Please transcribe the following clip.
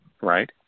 right